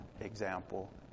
example